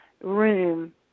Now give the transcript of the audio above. room